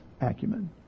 acumen